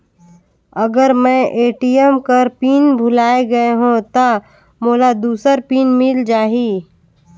अगर मैं ए.टी.एम कर पिन भुलाये गये हो ता मोला दूसर पिन मिल जाही?